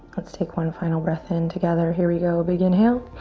let's take one final breath in together. here we go, big inhale.